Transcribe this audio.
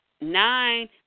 nine